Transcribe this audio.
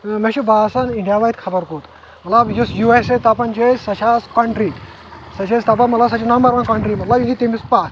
مےٚ چھُ باسان انڈیا واتہِ خبر کوٚت مطلب یُس یوٗ اٮ۪س اے دپان چھِ أسۍ سۄ چھِ آز کونٹری سۄ چھِ أسۍ دپان مطلب سۄ چھِ نمبر ون کونٹری مطلب یہِ چھِ تٔمِس پتھ